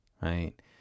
right